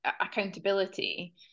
accountability